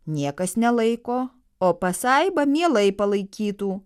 niekas nelaiko o pasaiba mielai palaikytų